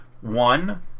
one